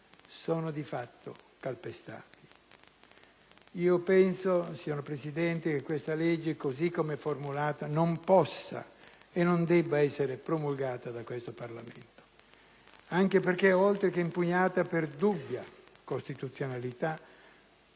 sono di fatto calpestati. Penso, signor Presidente, che questa legge, così com'è formulata, non possa e non debba essere promulgata da questo Parlamento anche perché, oltre che impugnata per dubbia costituzionalità,